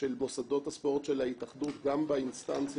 של מוסדות הספורט של ההתאחדות גם באינסטנציה